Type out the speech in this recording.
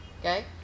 Okay